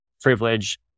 privilege